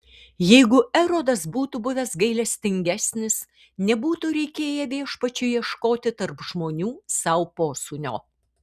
jeigu erodas būtų buvęs gailestingesnis nebūtų reikėję viešpačiui ieškoti tarp žmonių sau posūnio